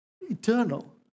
eternal